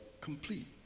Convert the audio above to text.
complete